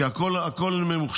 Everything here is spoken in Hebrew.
כי הכול ממוחשב.